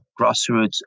grassroots